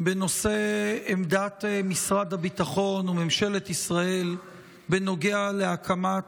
בנושא עמדת משרד הביטחון וממשלת ישראל בנוגע להקמת